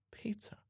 pizza